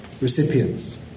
recipients